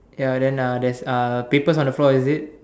ya then uh there's uh papers on the floor is it